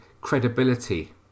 credibility